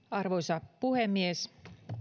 arvoisa puhemies